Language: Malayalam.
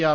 ആർ